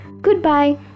goodbye